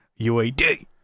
UAD